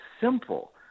simple –